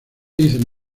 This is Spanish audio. dicen